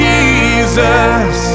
Jesus